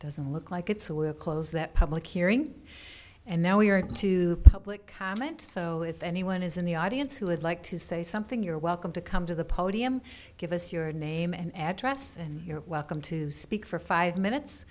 doesn't look like it so we're close that public hearing and now we're into the public comment so if anyone is in the audience who would like to say something you're welcome to come to the podium give us your name and address and you're welcome to speak for five minutes